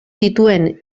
dituen